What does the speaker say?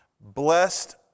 Blessed